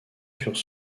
furent